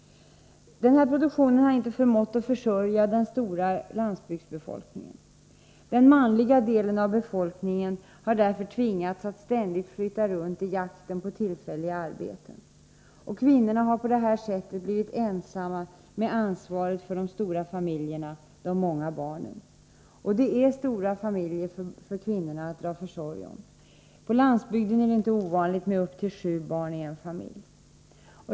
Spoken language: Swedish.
Denna produktion har inte förmått försörja den stora landsbygdsbefolkningen. Den manliga delen av befolkningen har därför tvingats att ständigt flytta runt i jakt på tillfälliga arbeten. Kvinnorna har på så sätt blivit ensamma med ansvaret för de stora familjerna, de många barnen. Och det är verkligen stora familjer som kvinnorna skall dra försorg om. På landsbygden är det inte ovanligt med upp till sju barn i en familj.